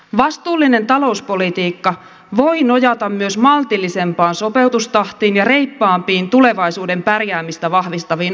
vastuullinen talouspolitiikka voi nojata myös maltillisempaan sopeutustahtiin ja reippaampiin tulevaisuuden pärjäämistä vahvistaviin uudistuksiin